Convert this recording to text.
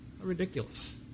ridiculous